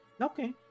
Okay